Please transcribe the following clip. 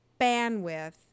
bandwidth